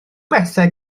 bethau